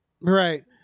Right